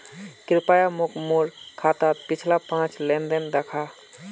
कृप्या मोक मोर खातात पिछला पाँच लेन देन दखा